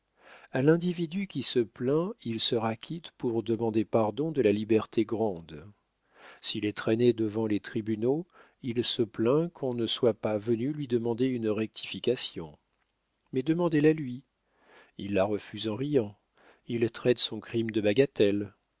a l'individu qui se plaint il sera quitte pour demander pardon de la liberté grande s'il est traîné devant les tribunaux il se plaint qu'on ne soit pas venu lui demander une rectification mais demandez la lui il la refuse en riant il traite son crime de bagatelle